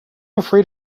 afraid